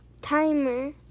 timer